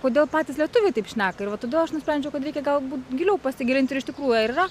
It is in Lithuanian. kodėl patys lietuviai taip šneka ir va tada aš nusprendžiau kad reikia galbūt giliau pasigilinti ir iš tikrųjų ar yra